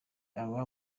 aba